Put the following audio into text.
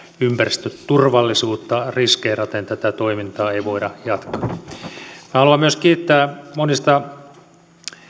ympäristöturvallisuutta riskeeraten tätä toimintaa ei voida jatkaa minä haluan myös kiittää monista